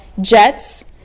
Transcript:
jets